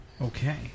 Okay